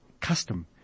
custom